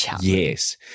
Yes